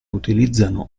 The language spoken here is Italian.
utilizzano